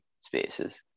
spaces